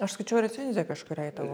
aš skaičiau recenziją kažkuriai tavo